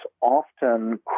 often